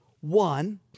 one